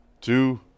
two